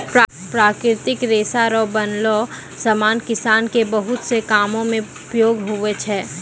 प्राकृतिक रेशा रो बनलो समान किसान के बहुत से कामो मे उपयोग हुवै छै